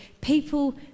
people